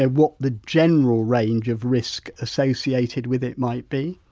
and what the general range of risk associated with it might be?